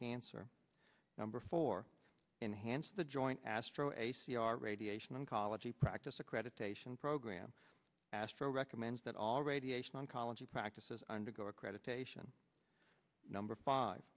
cancer number four enhanced the joint astro a c r radiation oncology practice accreditation program asked for recommends that all radiation oncology practices undergo accreditation number five